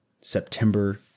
September